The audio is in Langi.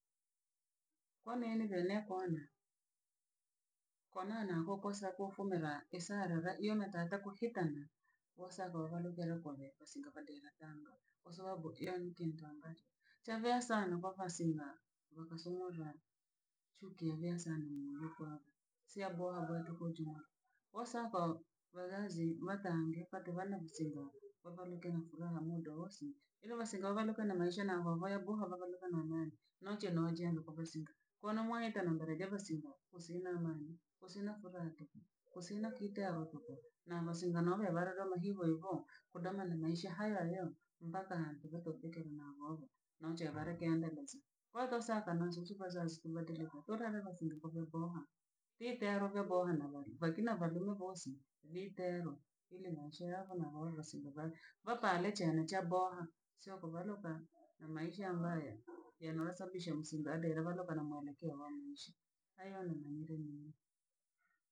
Onene vyele nekwona, konana hokosa kofomela esalaga ye ma tata kokitana gosago bhalogalokomela osingo ha dei la tango kwa sababu lentitu ambacho cha via sana vava nsinha, vava nsumura chuke enyea sana siaboa vantu kunchumula, wosa kwa wazazi matange vatu vana visengo, wavaluke nukuluma muda wosi iri vasinga vavaluke na maisha na hohoyo boha, vavaluka na amani. Nooche nooje napove singo. Konoo moohitana mbere geve singa, sina amani, sina furaha, sina kiitera tuku na vasinga no vevarero muhivohivo kudame na meishe hayo hayo, mpaka anchene variki iendelezaoto saka nanjentu vazazi tumantereku totanevasili oleboha itero vye boha na vali vakina valimo vosi vi tero ile ni maisha yaho na holo vasi ne vali. Vapale chani cha boha sio kovalo pa na maisha ambayo yanasababisha musinga adeere valuka na mwamkee mwamushi kwaiyo